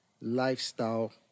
lifestyle